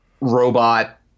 robot